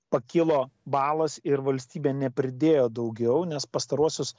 pakilo balas ir valstybė nepridėjo daugiau nes pastaruosius